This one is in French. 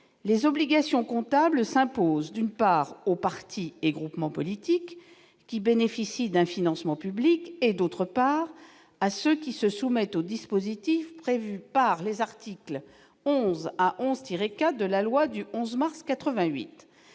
les obligations comptables s'imposent, d'une part, aux partis et groupements politiques qui bénéficient d'un financement public, d'autre part, à ceux qui se soumettent au dispositif prévu par les articles 11 à 11-4 de la loi du 11 mars 1988.